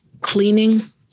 cleaning